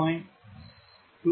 514 0